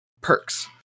perks